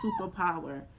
superpower